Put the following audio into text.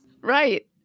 Right